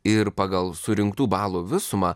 ir pagal surinktų balų visumą